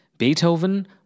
Beethoven